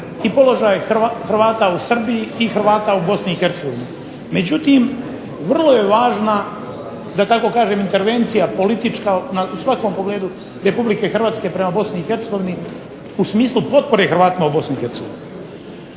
i položaj Hrvata u Srbiji i položaj Hrvata u BiH, međutim vrlo je važna da tako kažem intervencija politička u svakom pogledu RH prema BiH u smislu potpore Hrvatima u BiH.